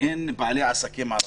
אין בעלי עסקים ערבים?